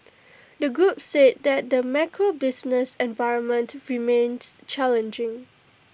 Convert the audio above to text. the group said that the macro business environment remains challenging